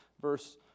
Verse